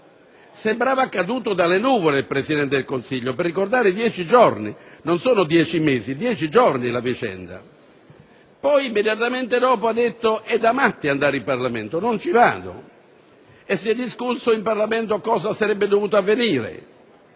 Sembrava caduto dalle nuvole il Presidente del Consiglio per ricordare dieci giorni - non sono dieci mesi - la vicenda. Immediatamente dopo ha detto: «È da matti andare in Parlamento! Non ci vado!». E si è discusso in Parlamento cosa sarebbe dovuto avvenire.